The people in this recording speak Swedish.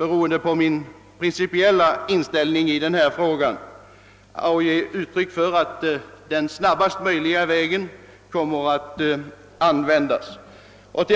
hänsyn till min principiella inställning till denna fråga, uttrycka det önskemålet att snabbast möjliga väg skall användas.